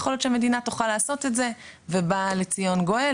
יכול להיות שהמדינה תוכל לעשות את זה ובא לציון גואל,